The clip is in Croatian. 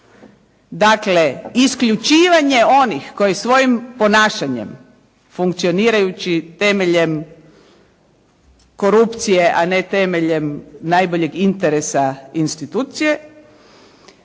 Dakle isključivanje onih koji svojim ponašanjem funkcionirajući temeljem korupcije, a ne temeljem najboljeg interesa institucije,